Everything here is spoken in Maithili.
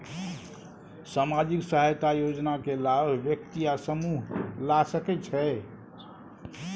सामाजिक सहायता योजना के लाभ व्यक्ति या समूह ला सकै छै?